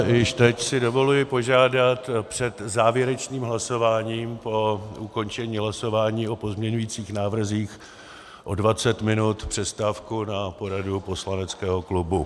Již teď si dovoluji požádat před závěrečným hlasováním po ukončení hlasování o pozměňujících návrzích o dvacet minut přestávku na poradu poslaneckého klubu.